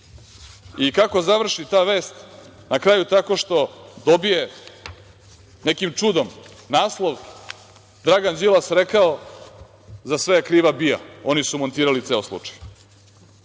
završi ta vest? Na kraju tako što dobije nekim čudom naslov - Dragan Đilas rekao – za sve je kriva BIA, oni su montirali ceo slučaj. To